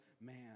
man